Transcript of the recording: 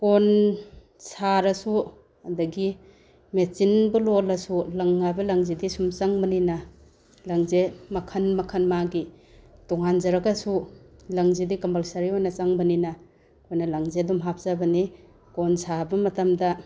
ꯀꯣꯟ ꯁꯥꯔꯁꯨ ꯑꯗꯒꯤ ꯃꯦꯆꯤꯟꯕꯨ ꯂꯣꯜꯂꯁꯨ ꯂꯪ ꯍꯥꯏꯕ ꯂꯪꯁꯤ ꯁꯨꯝ ꯆꯪꯕꯅꯤꯅ ꯂꯪꯁꯦ ꯃꯈꯜ ꯃꯈꯜ ꯃꯥꯒꯤ ꯇꯣꯉꯥꯟꯖꯔꯒꯁꯨ ꯂꯪꯁꯤꯗꯤ ꯀꯝꯄꯜꯁꯔꯤ ꯑꯣꯏꯅ ꯆꯪꯕꯅꯤꯅ ꯑꯩꯈꯣꯏꯅ ꯂꯪꯁꯦ ꯑꯗꯨꯝ ꯍꯞꯆꯕꯅꯤ ꯀꯣꯟ ꯁꯥꯕ ꯃꯇꯝꯗ